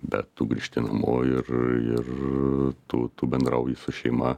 bet tu grįžti namo ir ir tu tu bendrauji su šeima